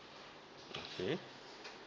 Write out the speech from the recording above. okay